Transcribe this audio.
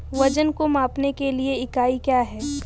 वजन को मापने के लिए इकाई क्या है?